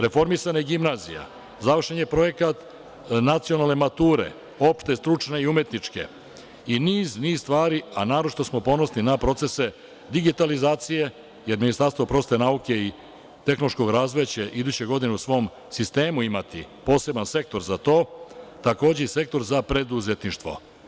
Reformisana je gimnazija, završen je projekat nacionalne mature, opšte, stručne i umetničke, i niz stvari, a naročito smo ponosni na procese digitalizacije, jer Ministarstvo prosvete, nauke i tehnološkog razvoja će iduće godine u svom sistemu imati poseban sektor za to, takođe i sektor za preduzetništvo.